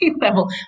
level